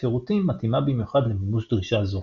שירותים מתאימה במיוחד למימוש דרישה זו.